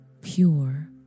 pure